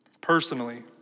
Personally